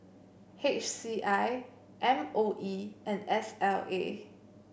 H C I M O E and S L A